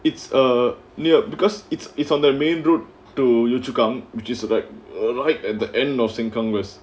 it's a near because it's it's on their main road to yio chu kang which is like a right at the end of sengkang west